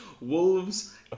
Wolves